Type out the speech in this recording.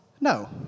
No